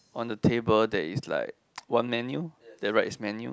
on the table there is like one menu there write is menu